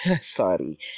Sorry